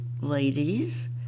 ladies